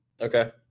Okay